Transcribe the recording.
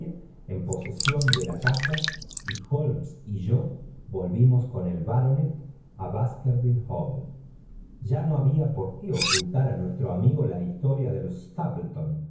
en posesión de la casa y holmes y yo volvimos con el baronet á baskerville hall ya no había por qué ocultar á nuestro amigo la historia de los